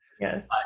Yes